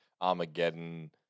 Armageddon